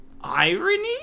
Irony